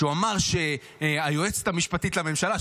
שאמר שהיועצת המשפטית לממשלה,